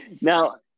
now